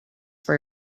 for